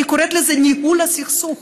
היא קוראת לזה ניהול הסכסוך.